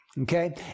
Okay